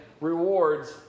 rewards